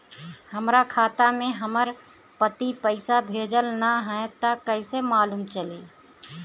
हमरा खाता में हमर पति पइसा भेजल न ह त कइसे मालूम चलि?